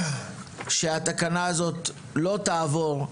שהתקנה הזאת לא תעבור,